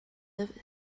lifted